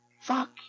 Fuck